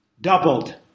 doubled